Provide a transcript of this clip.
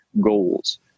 goals